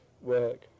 work